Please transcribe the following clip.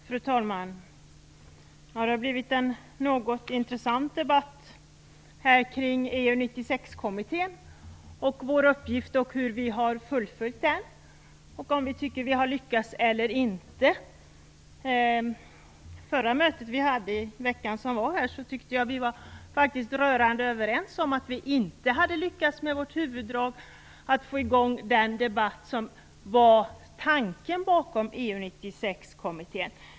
Fru talman! Det har blivit en något intressant debatt kring EU 96-kommittén, om hur vi har fullföljt vår uppgift och om vi tycker att vi har lyckats eller inte. På det möte som hölls i veckan som var tyckte jag att vi var rörande överens om att vi inte hade lyckats med vårt huvuduppdrag, att få i gång den debatt som var tanken bakom EU 96-kommittén.